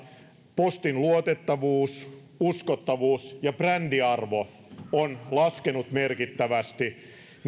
postin luotettavuus uskottavuus ja brändiarvo ovat laskeneet merkittävästi